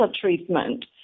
treatment